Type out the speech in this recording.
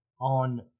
on